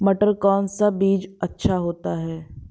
मटर का कौन सा बीज अच्छा होता हैं?